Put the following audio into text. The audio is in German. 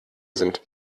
sind